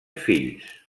fills